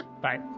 bye